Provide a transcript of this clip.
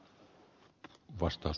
herra puhemies